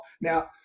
now